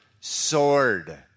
sword